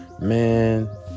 Man